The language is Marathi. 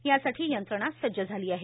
यासाठी यंत्रणा सज्ज झाली आहे